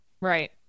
Right